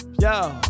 Yo